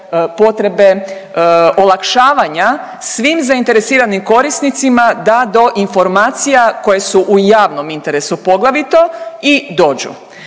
potrebe olakšavanja svim zainteresiranim korisnicima da do informacija koje su u javnom interesu poglavito i dođu.